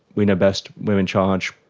we know best, we're in charge.